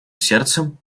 сердцем